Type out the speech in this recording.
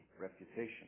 reputation